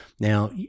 Now